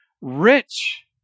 rich